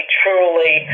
truly